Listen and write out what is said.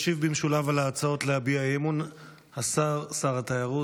ישיב במשולב על ההצעות להביע אי-אמון שר התיירות,